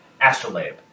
astrolabe